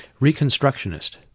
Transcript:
Reconstructionist